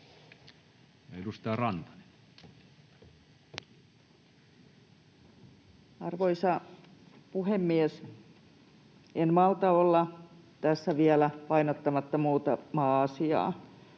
edustaja Rantanen. Arvoisa puhemies! En malta olla tässä vielä painottamatta muutamaa asiaa.